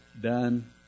done